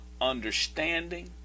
understanding